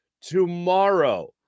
tomorrow